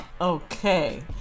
Okay